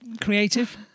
creative